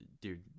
dude